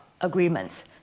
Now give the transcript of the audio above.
agreements